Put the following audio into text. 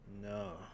no